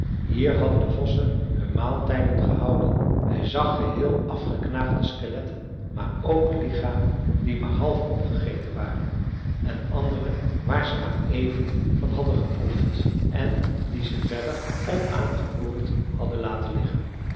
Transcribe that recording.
hier hadden de vossen hun maaltijden gehouden hij zag geheel afgeknaagde skeletten maar ook lichamen die maar half opgegeten waren en andere waar ze maar even van hadden geproefd en die ze verder onaangeroerd hadden laten liggen